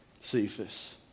Cephas